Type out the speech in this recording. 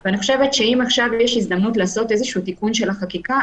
ואני חושבת שאם עכשיו יש הזדמנות לעשות איזה תיקון של החקיקה,